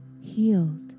healed